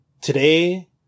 Today